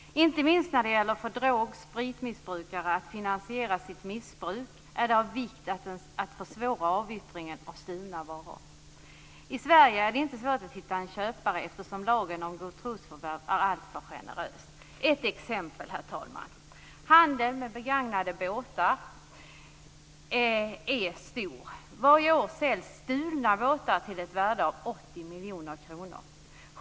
Inte minst när det gäller att drog och spritmissbrukare finansierar sitt missbruk är det av vikt att försvåra avyttringen av stulna varor. I Sverige är det inte svårt att hitta en köpare eftersom lagen om godtrosförvärv är alltför generös. Herr talman! Jag har ett exempel. Handeln med begagnade båtar är stor. Varje år säljs stulna båtar till ett värde av 80 miljoner kronor.